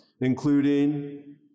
including